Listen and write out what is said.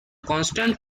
constant